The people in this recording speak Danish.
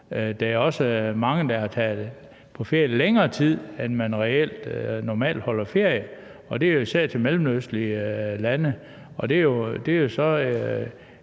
Der er også mange, der er taget på ferie længere tid, end man normalt holder ferie, og det er især til mellemøstlige lande. Det er så